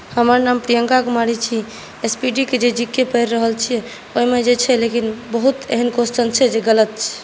हमर नाम प्रियङ्का कुमारी छी S P D K J G के पढ़ि रहल छी ओहिमे जे छै लेकिन बहुत एहन क्वेश्चन छै जे गलत छै